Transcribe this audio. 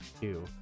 Two